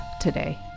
today